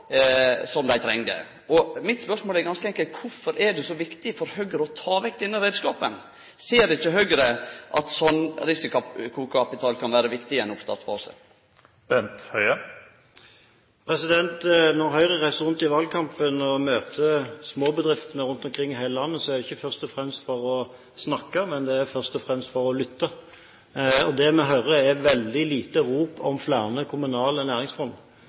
Mitt spørsmål er ganske enkelt: Kvifor er det så viktig for Høgre å ta vekk denne reiskapen? Ser ikkje Høgre at slik risikokapital kan vere viktig i ein oppstartsfase? Når Høyre reiser rundt i valgkampen og møter småbedriftene rundt omkring i hele landet, er det ikke først og fremst for å snakke, det er først og fremst for å lytte. Det vi hører veldig lite, er rop om flere kommunale næringsfond.